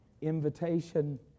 invitation